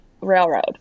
railroad